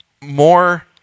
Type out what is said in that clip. more